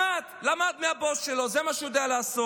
למד, למד מהבוס שלו, זה מה שהוא יודע לעשות.